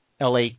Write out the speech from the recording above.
LA